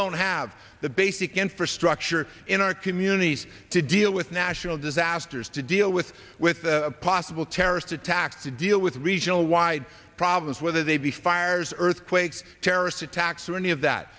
don't have the basic infrastructure in our communities to deal with national disasters to deal with with possible terrorist attack to deal with regional wide problems whether they be fires earthquakes terrorist attacks or any of that